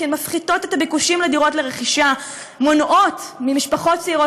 כי הן מפחיתות את הביקושים לדירות לרכישה ומונעות ממשפחות צעירות